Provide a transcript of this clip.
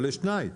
אבל יש שתיים.